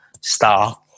star